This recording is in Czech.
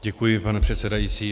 Děkuji, pane předsedající.